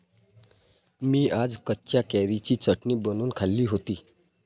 मी आज कच्च्या कैरीची चटणी बनवून खाल्ली होती